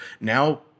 now